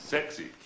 Sexy